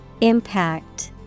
Impact